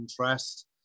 interest